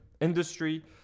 industry